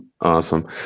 awesome